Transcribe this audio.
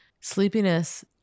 Sleepiness